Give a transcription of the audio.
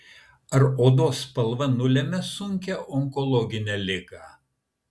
ar odos spalva nulemia sunkią onkologinę ligą